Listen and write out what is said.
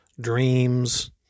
dreams